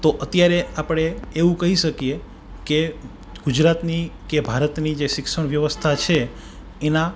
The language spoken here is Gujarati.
તો અત્યારે આપણે એવું કહી શકીએ કે ગુજરાતની કે ભારતની જે શિક્ષણ વ્યવસ્થા છે એના